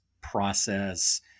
process